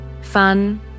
Fun